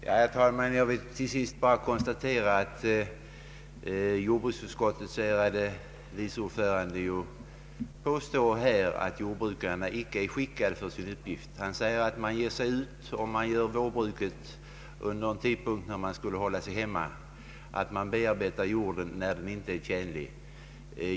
Herr talman! Jag vill till sist bara konstatera att jordbruksutskottets ärade vice ordförande påstår att jordbrukarna inte är skickade för sin uppgift. Han säger att man ger sig ut för att bearbeta jorden vid en tidpunkt när man borde hålla sig hemma, d. v. s. när jorden inte är tjänlig.